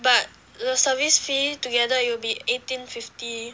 but the service fee together it will be eighteen fifty